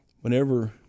whenever